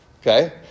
Okay